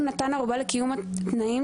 הוא נתן ערובה לקיום תנאים,